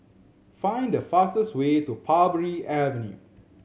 find the fastest way to Parbury Avenue